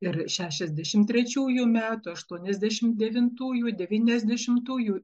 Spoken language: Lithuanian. ir šešiasdešimt trečiųjų metų aštuoniasdešimt devintųjų devyniasdešimtųjų